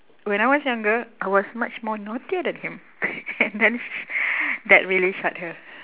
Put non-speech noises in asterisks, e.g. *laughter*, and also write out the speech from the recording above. when I was younger I was much more naughtier than him *laughs* and then sh~ that really shut her